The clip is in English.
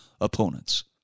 opponents